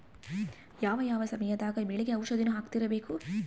ಯಾವ ಯಾವ ಸಮಯದಾಗ ಬೆಳೆಗೆ ಔಷಧಿಯನ್ನು ಹಾಕ್ತಿರಬೇಕು?